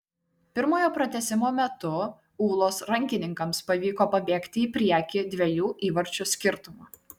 pirmojo pratęsimo metu ūlos rankininkams pavyko pabėgti į priekį dviejų įvarčių skirtumu